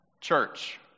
Church